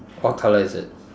what colour is it